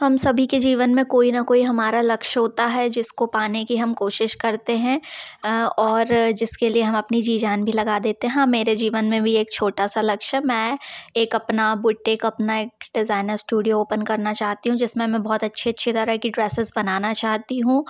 हम सभी के जीवन में कोई ना कोई हमारा लक्ष्य होता है जिसको पाने की हम कोशिश करते हैं और जिसके लिए हम अपनी की जान भी लगा देते हैं मेरे जीवन में भी एक छोटा सा लक्ष्य है मैं एक अपना बुटेक अपना एक डिज़ाइनर स्टूडियो ओपन करना चाहती हूँ जिस में मैं बहुत अच्छे अच्छे तरह की ड्रेसिस बनाना चाहती हूँ